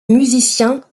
musicien